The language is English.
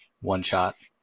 one-shot